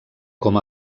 com